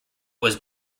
was